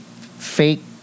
fake